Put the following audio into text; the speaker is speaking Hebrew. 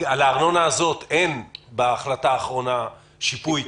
על הארנונה הזאת אין בהחלטה האחרונה שיפוי,